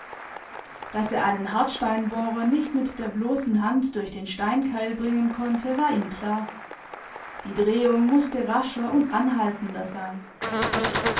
daß er einen hartsteinbohrer nicht mit der bloßen hand durch den steinkeil bringen konnte war ihm klar die drehung mußte rascher und anhaltender sein